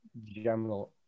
general